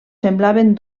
semblaven